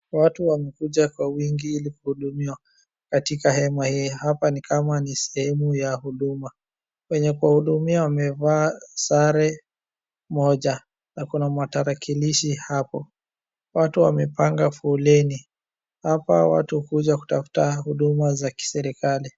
Watu wamekuja kwa wingi kuhudumiwa katika hema hii. Hapa ni kama ni sehemu ya huduma. Wenye kuwahudumia wamevaa sare moja na kuna matarakilishi hapo. Watu wamepanga foleni, hapa watu hukuja kutafuta huduma za kiserikali.